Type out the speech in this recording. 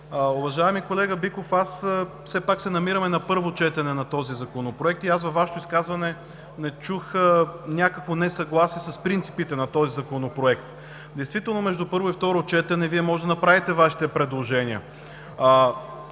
Уважаеми колега Биков, все пак се намираме на първо четене на този законопроект и аз във Вашето изказване не чух някакво несъгласие с принципите на този законопроект. Действително между първо и второ четене Вие може да направите Вашите предложения